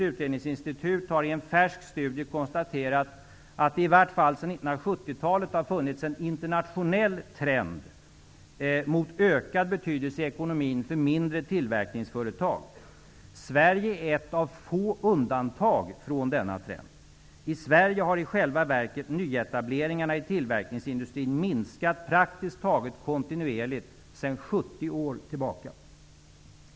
Utredningsinstitut har i en färsk studie konstaterat att det i vart fall sedan 1970-talet har funnits en internationell trend mot ökad betydelse i ekonomin för mindre tillverkningsföretag. Sverige är ett av få undantag från denna trend. I Sverige har i själva verket nyetableringarna i tillverkningsindustrin minskat praktiskt taget kontinuerligt sedan 70 år tillbaka.